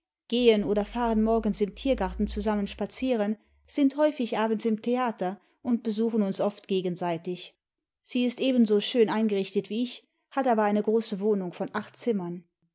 gehen oder fahren morgens im tiergarten zusammen spazieren sind häufig abends im theater und besuchen uns oft gegenseitig sie ist ebenso schön eingerichtet wie ich hat aber eine große wohnung von acht zimmern